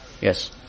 yes